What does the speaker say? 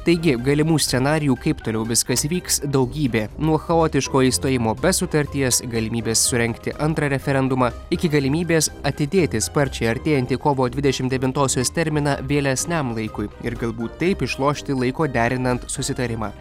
taigi galimų scenarijų kaip toliau viskas vyks daugybė nuo chaotiško išstojimo be sutarties galimybės surengti antrą referendumą iki galimybės atidėti sparčiai artėjantį kovo dvidešimt devintosios terminą vėlesniam laikui ir galbūt taip išlošti laiko derinant susitarimą